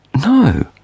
No